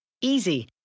Easy